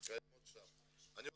קיימות הבעיות.